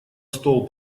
стол